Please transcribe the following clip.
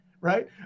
right